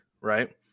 right